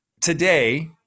today